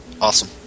Awesome